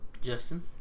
Justin